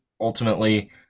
Ultimately